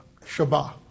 Shabbat